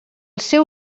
seu